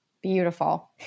Beautiful